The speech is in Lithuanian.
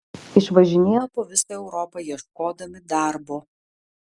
išvažinėjo po visą europą ieškodami darbo